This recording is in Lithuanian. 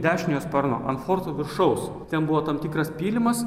dešiniojo sparno ant forto viršaus ten buvo tam tikras pylimas